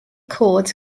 cod